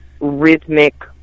rhythmic